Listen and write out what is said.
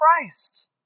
Christ